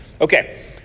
Okay